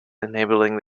enabling